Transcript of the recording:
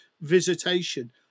visitation